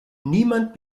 niemand